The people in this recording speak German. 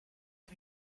ich